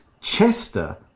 Chester